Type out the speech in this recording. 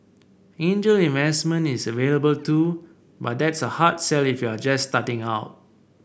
angel investment is available too but that's a hard sell if you're just starting out